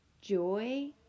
Joy